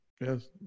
Yes